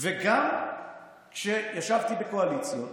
גם כשישבתי בקואליציות